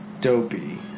dopey